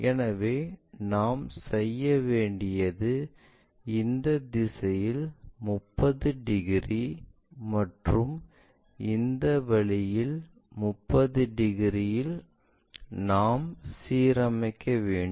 எனவே நாம் செய்ய வேண்டியது இந்த திசையில் 30 டிகிரி அல்லது இந்த வழியில் 30 டிகிரி இல் நாம் சீரமைக்க வேண்டும்